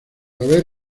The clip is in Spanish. haber